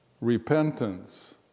repentance